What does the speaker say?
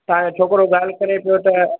तव्हांजो छोकिरो ॻाल्हि करे पियो त